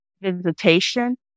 visitation